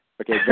Okay